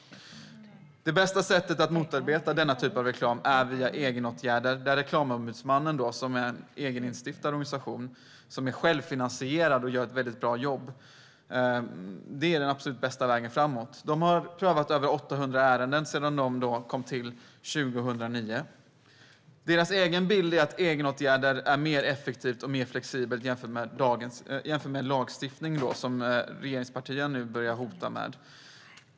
Det bästa sättet att motarbeta denna typ av reklam är via egenåtgärder. Reklamombudsmannen, som är en egeninstiftad och självfinansierad organisation som gör ett väldigt bra jobb, är den absolut bästa vägen framåt. Reklamombudsmannen har prövat 800 ärenden sedan tillkomsten 2009. Organisationens egen bild är att egenåtgärder är mer effektiva och mer flexibla än lagstiftning, som regeringspartierna nu har börjat hota med.